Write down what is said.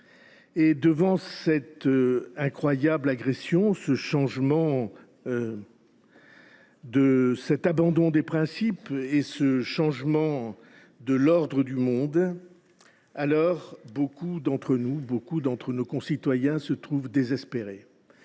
Devant cette incroyable agression, cet abandon des principes et ce changement de l’ordre du monde, beaucoup d’entre nous, beaucoup de nos concitoyens, se trouvent désespérés.